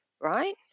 Right